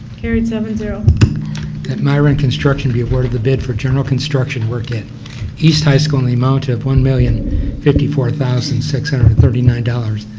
carried seven zero. chris that miron construction be awarded the bid for general construction work at east high school, in the amount of one million fifty four thousand six hundred and thirty nine dollars,